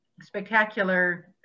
spectacular